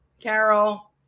Carol